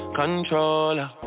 controller